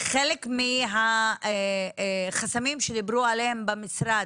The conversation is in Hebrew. חלק מהחסמים שדיברו עליהם במשרד,